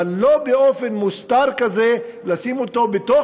אבל לא באופן מוסתר כזה לשים אותו בתוך